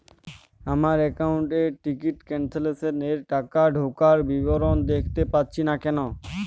আমার একাউন্ট এ ticket cancellation এর টাকা ঢোকার বিবরণ দেখতে পাচ্ছি না কেন?